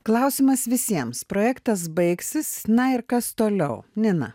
klausimas visiems projektas baigsis na ir kas toliau nina